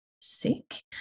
sick